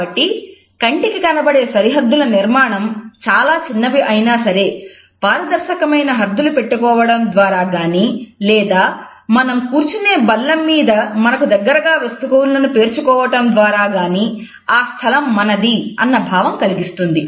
కాబట్టి కంటికి కనబడే సరిహద్దుల నిర్మాణం చాలా చిన్నవి అయినా సరే పారదర్శకమైన హద్దులు పెట్టుకోవడం ద్వారా గాని లేదా మనం కూర్చునే బల్లమీద మనకు దగ్గరగా వస్తువులను పేర్చుకోవటం ద్వారా గాని ఆ స్థలం మనది అన్న భావాన్ని కలిగిస్తుంది